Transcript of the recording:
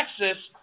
Texas